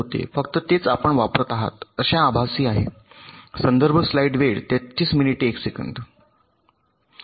फक्त तेच आपण वापरत आहात अशा आभासी आहे